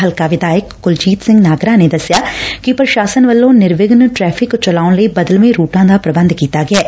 ਹਲਕਾ ਵਿਧਾਇਕ ਕੁਲਜੀਤ ਸਿੰਘ ਨਾਗਰਾ ਨੇ ਦੱਸਿਆ ਕਿ ਪ੍ਰਸਾਸ਼ਨ ਵੱਲੋਂ ਨਿਰਵਿਘਨ ਟ੍ਟੈਫਿਕ ਚਲਾਉਣ ਲਈ ਬਦਲਵੇਂ ਰੂਟਾਂ ਦਾ ਪ੍ਰਬੰਧ ਕੀਤਾ ਗਿਐ